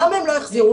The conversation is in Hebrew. למה הן לא החזירו?